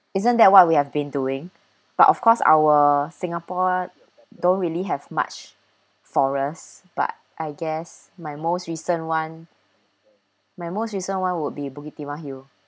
isn't that what we have been doing but of course our singapore don't really have much forest but I guess my most recent [one] my most recent [one] would be bukit timah hill